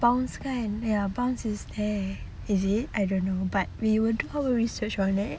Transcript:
bounce kan ya bounce is there I don't know but we'll do research on that